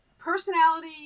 personality